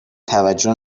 توجه